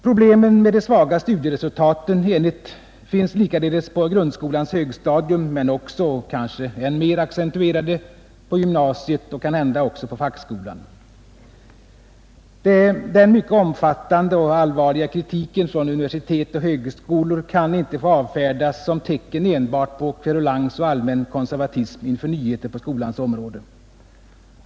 Problemen med de svaga studieresultaten finns likaledes på grundskolans högstadium men också — och kanske än mer accentuerade — på gymnasiet och kanhända även i fackskolan. Den mycket omfattande och allvarliga kritiken från universitet och högskolor kan inte få avfärdas som tecken enbart på kverulans och allmän konservatism inför nyheter på skolans område.